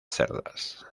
cerdas